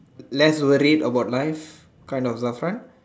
less worried about life kind of last time